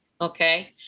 okay